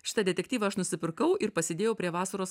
šitą detektyvą aš nusipirkau ir pasidėjau prie vasaros